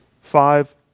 Five